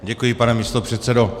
Děkuji, pane místopředsedo.